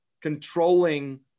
controlling